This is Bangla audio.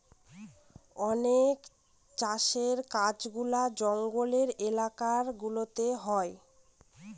অনেক চাষের কাজগুলা জঙ্গলের এলাকা গুলাতে হয়